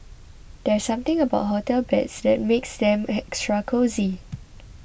there's something about hotel beds that makes them extra cosy